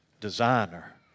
designer